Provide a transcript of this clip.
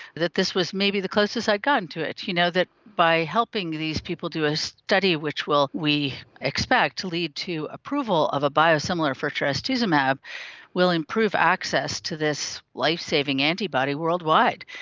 that this was maybe the closest i had gotten to it. you know, that by helping these people do a study which will, we expect, lead to approval of a biosimilar for trastuzumab will improve access to this lifesaving antibody worldwide.